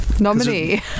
Nominee